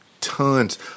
tons